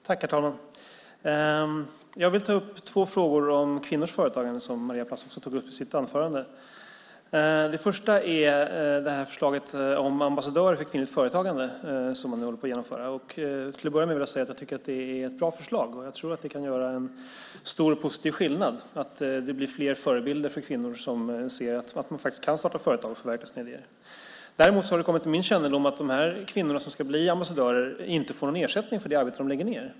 Herr talman! Jag vill ta upp två frågor om kvinnors företagande som Maria Plass också tog upp i sitt anförande. Den första gäller det här förslaget om ambassadörer för kvinnligt företagande som man nu håller på att genomföra. Till att börja med vill jag säga att jag tycker att det är ett bra förslag. Jag tror att det kan göra en stor och positiv skillnad. Det blir fler förebilder för kvinnor som ser att man faktiskt kan starta företag och förverkliga sina idéer. Däremot har det kommit till min kännedom att de här kvinnorna som ska bli ambassadörer inte får någon ersättning för det arbete de lägger ned.